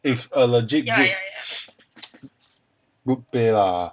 is a legit good good pay lah